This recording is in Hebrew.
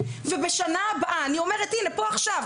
ובשנה הבאה אני אומרת פה עכשיו,